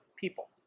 people